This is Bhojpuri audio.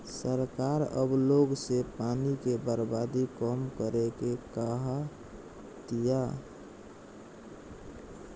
सरकार अब लोग से पानी के बर्बादी कम करे के कहा तिया